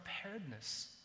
preparedness